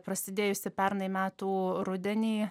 prasidėjusi pernai metų rudenį